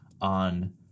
on